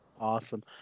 Awesome